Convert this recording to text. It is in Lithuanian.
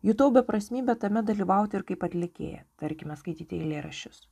jutau beprasmybę tame dalyvauti ir kaip atlikėja tarkime skaityti eilėraščius